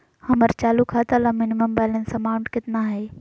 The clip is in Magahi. हमर चालू खाता ला मिनिमम बैलेंस अमाउंट केतना हइ?